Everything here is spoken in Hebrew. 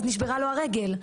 אז נשברה לו הרגל.